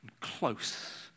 close